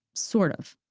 sort of.